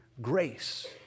grace